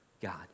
God